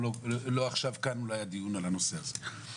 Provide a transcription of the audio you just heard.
אבל לא עכשיו כאן אולי דיון על הנושא הזה.